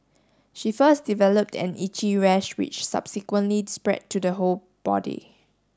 she first developed an itchy rash which subsequently spread to the whole body